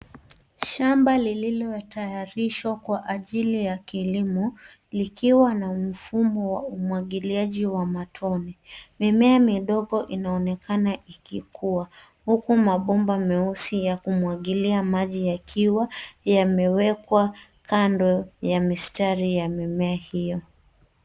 Shamba lililotayarishwa kwa ajili ya kilimo likiwa na mfumo wa umwagiliaji wa matone. Mimea midogo inaonekana ikikua huku mabomba meusi ya kumwagilia maji yakiwa yamewekwa kando ya mistari ya mimea hiyo.